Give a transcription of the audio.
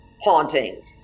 hauntings